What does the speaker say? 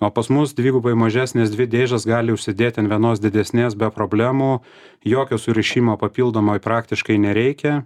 o pas mus dvigubai mažesnės dvi dėžes gali užsidėti ant vienos didesnės be problemų jokio surišimo papildomai praktiškai nereikia